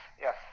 yes